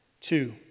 Two